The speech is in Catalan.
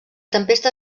tempesta